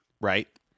Right